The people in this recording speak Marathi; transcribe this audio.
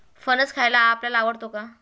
फणस खायला आपल्याला आवडतो का?